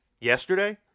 yesterday